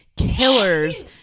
killers